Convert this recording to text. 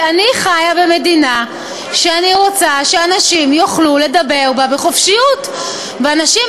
כי אני חיה במדינה שאני רוצה שאנשים יוכלו לדבר בה בחופשיות ואנשים